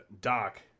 Doc